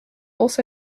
also